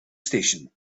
station